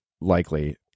likely